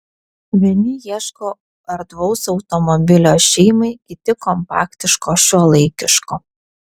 vieni ieško erdvaus automobilio šeimai kiti kompaktiško šiuolaikiško